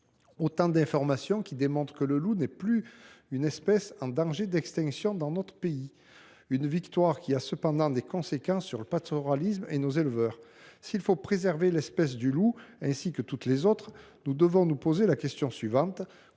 Autant d’informations qui démontrent que le loup n’est plus une espèce en danger d’extinction dans notre pays. Cette victoire a toutefois des conséquences sur le pastoralisme et sur nos éleveurs. S’il faut préserver l’espèce du loup comme toutes les autres, nous devons nous poser la question suivante